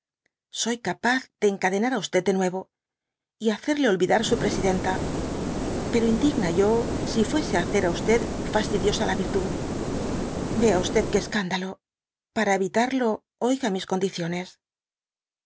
soy capaz de encadenar á de nuevo y hacerle olvidar su presidenta pero indigna yo si fuese á hacer á fastidiosa la virtud vea que escándalo para evitarlo oiga mis condiciones